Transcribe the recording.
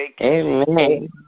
amen